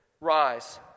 Rise